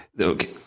Okay